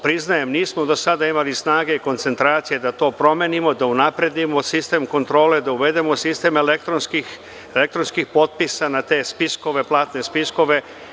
Priznajem, nismo do sada imali snage i koncentracije da to promenimo, da unapredimo sistem kontrole, da uvedemo sistem elektronskih potpisa na te platne spiskove.